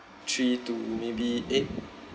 three to maybe eight